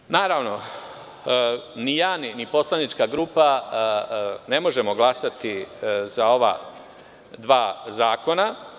Zbog toga, naravno, ni ja ni poslanička grupa ne možemo glasati za ova dva zakona.